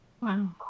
Wow